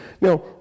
Now